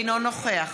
אינו נוכח